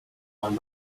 files